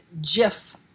Jiff